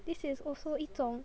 this is also 一种